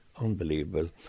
Unbelievable